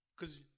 Cause